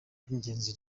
by’ingenzi